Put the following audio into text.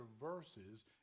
verses